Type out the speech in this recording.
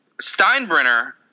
Steinbrenner